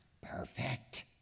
perfect